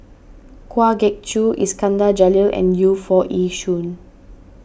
Kwa Geok Choo Iskandar Jalil and Yu Foo Yee Shoon